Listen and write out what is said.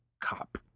cop